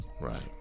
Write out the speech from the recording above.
right